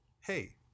hey